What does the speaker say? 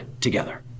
together